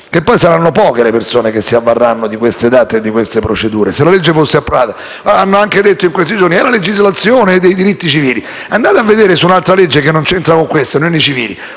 che saranno poche le persone che si avvarranno di queste DAT e di queste procedure, se la legge fosse approvata. Si è anche detto in questi giorni che c'è una legislazione di diritti civili. Andate a vedere su un'altra legge che non c'entra con questa, quella